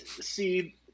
see